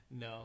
No